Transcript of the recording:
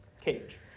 Cage